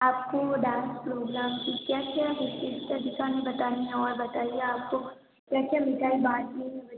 आप को वो डान्स प्रोग्राम की क्या क्या विशेषता दिखानी बतानी है और बताइए आप को क्या क्या मिठाई बाटनी है बच्चों को बताइए